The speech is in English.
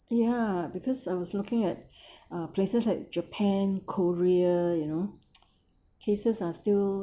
ya because I was looking at uh places like japan korea you know cases are still